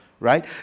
right